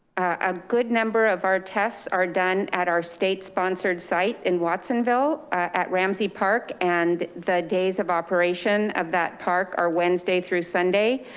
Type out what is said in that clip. a good number of our tests are done at our state sponsored site in watsonville at ramsey park, and the days of operation of that park are wednesday through sunday.